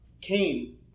came